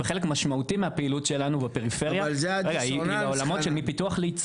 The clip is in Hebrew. וחלק משמעותי מהפעילות שלנו בפריפריה היא לעולמות של מפיתוח לייצור.